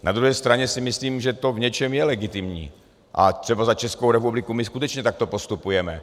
Na druhé straně si myslím, že to v něčem je legitimní, a třeba za Českou republiku my skutečně takto postupujeme.